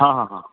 ହଁ ହଁ ହଁ